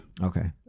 Okay